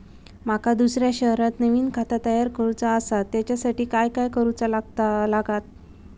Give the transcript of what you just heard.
माका दुसऱ्या शहरात नवीन खाता तयार करूचा असा त्याच्यासाठी काय काय करू चा लागात?